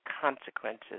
consequences